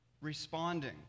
responding